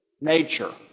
nature